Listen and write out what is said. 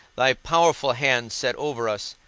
thy powerful hand set over us,